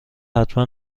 حتما